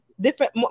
different